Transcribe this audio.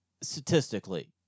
statistically